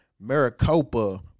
Maricopa